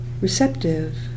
receptive